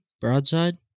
Broadside